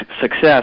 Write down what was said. Success